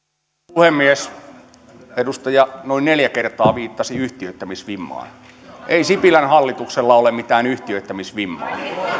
puhemies edustaja noin neljä kertaa viittasi yhtiöittämisvimmaan ei sipilän hallituksella ole mitään yhtiöittämisvimmaa